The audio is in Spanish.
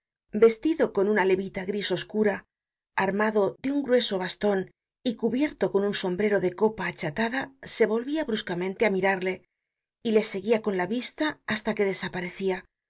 vestido con una levita gris oscura armado de un grueso baston y cubierto con un sombrero de copa achatada se volvia bruscamente á mirarle y le seguia con la vista hasta que desaparecia